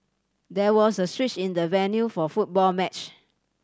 there was a switch in the venue for a football match